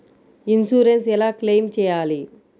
Insurance ఎలా claim చేయాలి?